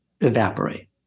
evaporate